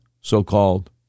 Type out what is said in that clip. so-called